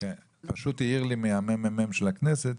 גדעון מהממ"מ של הכנסת